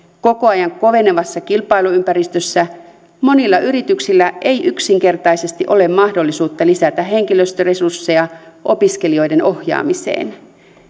koko ajan kovenevassa kilpailuympäristössä monilla yrityksillä ei yksinkertaisesti ole mahdollisuutta lisätä henkilöstöresursseja opiskelijoiden ohjaamiseen